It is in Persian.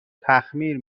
تخمیر